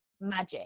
magic